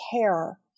care